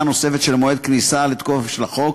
נוספת של מועד כניסתו לתוקף של החוק,